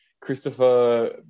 Christopher